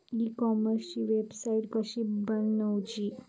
E कॉमर्सची website कशी बनवची?